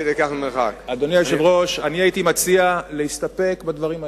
אדוני היושב-ראש, הייתי מציע להסתפק בדברים הללו.